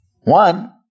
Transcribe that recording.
one